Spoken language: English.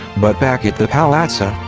but back at the pallazza,